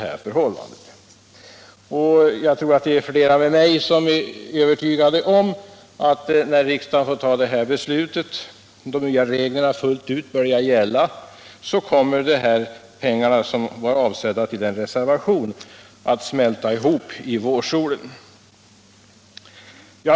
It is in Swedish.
Jag tror att det är flera med mig som är övertygade om att när riksdagen fattat det här beslutet och de nya reglerna fullt ut börjar gälla kommer de pengar som var avsedda för ett reservationsanslag att smälta ihop i vårsolen.